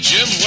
Jim